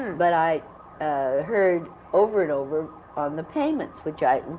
but i heard over and over on the payments, which i,